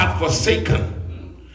Forsaken